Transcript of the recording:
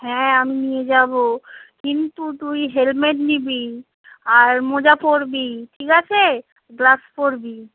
হ্যাঁ আমি নিয়ে যাব কিন্তু তুই হেলমেট নিবি আর মোজা পরবি ঠিক আছে গ্লাভস পরবি